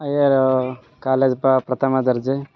higher college ಪ್ರಥಮ ದರ್ಜೆ